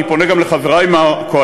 ואני פונה גם לחברי מהקואליציה,